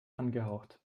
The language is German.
angehaucht